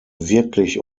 wirklich